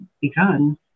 begun